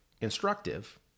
instructive